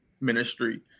ministry